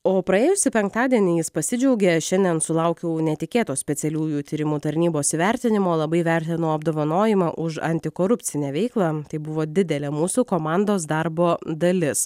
o praėjusį penktadienį jis pasidžiaugė šiandien sulaukiau netikėto specialiųjų tyrimų tarnybos įvertinimo labai vertinu apdovanojimą už antikorupcinę veiklą tai buvo didelė mūsų komandos darbo dalis